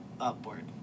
upward